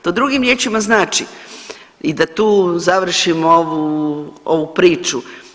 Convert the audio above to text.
To drugim riječima znači i da tu završim ovu, ovu priču.